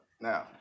Now